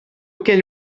can